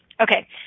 Okay